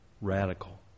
Radical